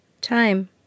Time